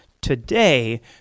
today